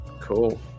Cool